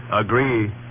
agree